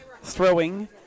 throwing